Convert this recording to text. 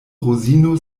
rozino